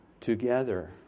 together